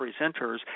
presenters